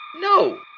No